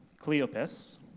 Cleopas